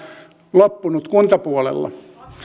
loppunut kuntapuolella